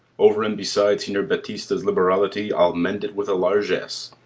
over and beside signior baptista's liberality, i'll mend it with a largess.